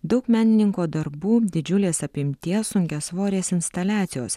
daug menininko darbų didžiulės apimties sunkiasvorės instaliacijos